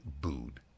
booed